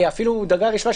אפילו מדרגה ראשונה,